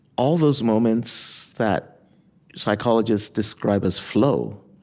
all those moments that psychologists describe as flow.